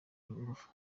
ingufu